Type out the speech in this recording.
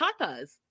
tatas